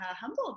humbled